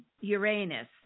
Uranus